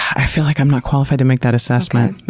i feel like i'm not qualified to make that assessment.